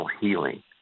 healing